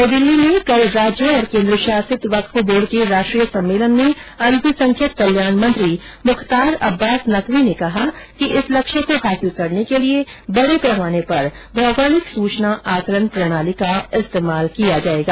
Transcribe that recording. नई दिल्ली में कल राज्य और केन्द्र शासित वक्फ बोर्ड के राष्ट्रीय सम्मेलन में अल्पसंख्यक कल्याण मंत्री मुख्तार अब्बास नकवी ने कहा कि इस लक्ष्य को हासिल करने के लिए बड़े पैमाने पर भौगोलिक सूचना आकलन प्रणाली का इस्तेमाल किया जायेगा